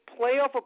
playoff